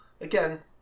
Again